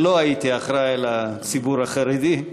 ולא הייתי אחראי לציבור החרדי.